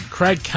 Craig